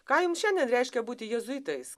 ką jums šiandien reiškia būti jėzuitais